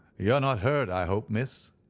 you're not hurt, i hope, miss,